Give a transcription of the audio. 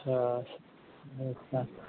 अच्छा ऐसा